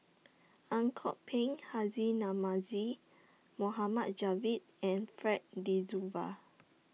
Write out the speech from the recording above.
Ang Kok Peng Haji Namazie Mohamed Javad and Fred De